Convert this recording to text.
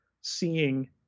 seeing